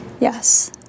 Yes